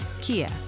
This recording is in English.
Kia